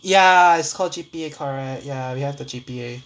ya it's called G_P_A correct ya we have the G_P_A